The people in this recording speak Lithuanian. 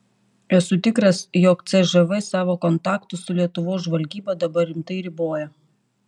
esu tikras jog cžv savo kontaktus su lietuvos žvalgyba dabar rimtai riboja